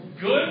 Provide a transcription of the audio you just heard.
Good